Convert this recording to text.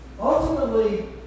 Ultimately